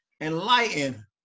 enlighten